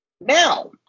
Now